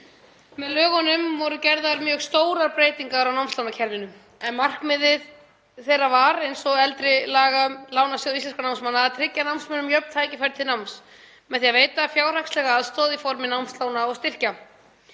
Með lögunum voru gerðar mjög stórar breytingar á námslánakerfinu en markmið þeirra var, eins og eldri laga um Lánasjóð íslenskra námsmanna, að tryggja landsmönnum jöfn tækifæri til náms með því að veita fjárhagslega aðstoð í formi námslána og styrkja.